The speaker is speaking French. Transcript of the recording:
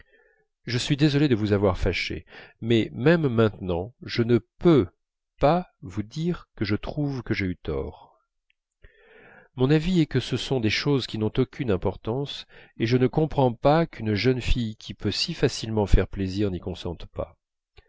je suis désolé de vous avoir fâchée mais même maintenant je ne peux pas vous dire que je trouve que j'ai eu tort mon avis est que ce sont des choses qui n'ont aucune importance et je ne comprends pas qu'une jeune fille qui peut si facilement faire plaisir n'y consente pas